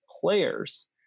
players